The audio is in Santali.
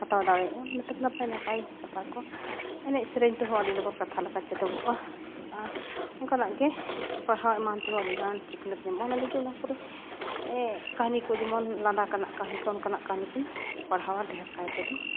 ᱦᱟᱛᱟᱣ ᱫᱟᱲᱮᱭᱟᱜᱼᱟᱢ ᱢᱚᱛᱞᱟᱵ ᱱᱟᱯᱟᱭ ᱱᱟᱯᱟᱭ ᱠᱟᱛᱷᱟ ᱠᱚ ᱮᱱᱮᱡᱽ ᱥᱮᱨᱮᱧ ᱛᱮᱦᱚᱸ ᱟᱹᱰᱤ ᱞᱚᱜᱚᱱ ᱠᱟᱛᱷᱟ ᱞᱮᱠᱟ ᱪᱮᱫᱚᱜᱚᱜᱼᱟ ᱟᱨ ᱚᱱᱠᱟᱱᱟᱜ ᱜᱮ ᱯᱟᱲᱦᱟᱣ ᱮᱢᱟᱱ ᱛᱮᱦᱚᱸ ᱟᱹᱰᱤᱜᱟᱱ ᱥᱤᱠᱷᱱᱟᱹᱛ ᱧᱟᱢᱚᱜᱼᱟ ᱚᱱᱟ ᱞᱟᱹᱜᱤᱫ ᱚᱱᱟ ᱠᱚᱨᱮ ᱠᱟᱹᱦᱱᱤ ᱠᱮ ᱡᱮᱢᱚᱱ ᱞᱟᱸᱫᱟ ᱞᱮᱠᱟᱱᱟᱜ ᱠᱟᱹᱦᱱᱤ ᱠᱚ ᱚᱱᱠᱟᱱᱟᱜ ᱠᱟᱹᱦᱱᱤᱠᱩᱧ ᱯᱟᱲᱦᱟᱣᱟ ᱰᱷᱮᱨ ᱠᱟᱭᱛᱮᱫᱚ